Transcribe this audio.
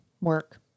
work